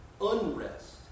unrest